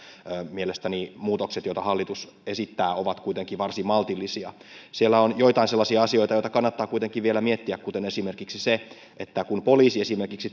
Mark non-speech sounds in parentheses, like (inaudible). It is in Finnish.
mielestäni muutokset joita hallitus esittää ovat kuitenkin varsin maltillisia siellä on joitain sellaisia asioita joita kannattaa kuitenkin vielä miettiä kuten esimerkiksi se että kun poliisi esimerkiksi (unintelligible)